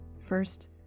First